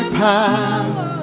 power